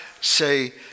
say